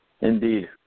Indeed